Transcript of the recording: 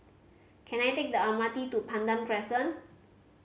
can I take the M R T to Pandan Crescent